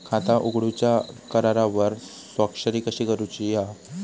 खाता उघडूच्या करारावर स्वाक्षरी कशी करूची हा?